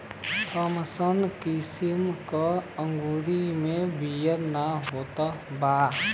Thompson किसिम के अंगूर मे बिया ना होत बा